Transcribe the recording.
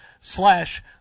slash